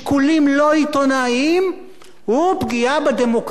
הוא פגיעה בדמוקרטיה ובתקשורת החופשית,